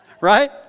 Right